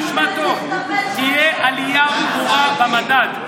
תשמע טוב: תהיה עלייה ברורה במדד.